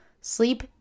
Sleep